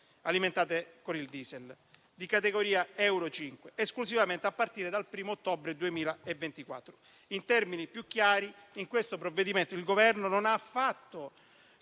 alimentate con il *diesel* di categoria euro 5, esclusivamente a partire dal 1° ottobre 2024. In termini più chiari, in questo provvedimento il Governo non è andato